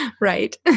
Right